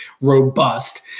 robust